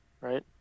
right